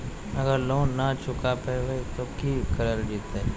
अगर लोन न चुका पैबे तो की करल जयते?